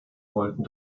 wollten